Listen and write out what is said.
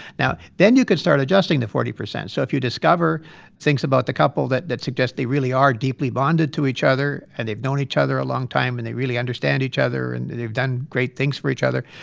now, then you could start adjusting the forty percent so if you discover things about the couple that that suggest they really are deeply bonded to each other and they've known each other a long time and they really understand each other and they've done great things for each other,